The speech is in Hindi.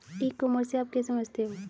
ई कॉमर्स से आप क्या समझते हो?